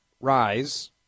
rise